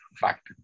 fact